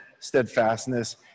Steadfastness